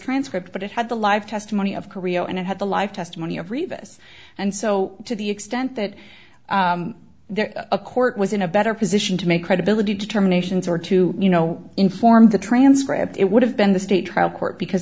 transcript but it had the live testimony of korea and it had the live testimony of rebus and so to the extent that there a court was in a better position to make credibility determinations or to you know inform the transcript it would have been the state trial court because